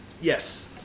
Yes